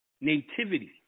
nativity